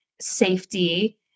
safety